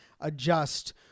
adjust